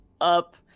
up